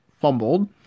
fumbled